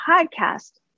podcast